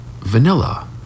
vanilla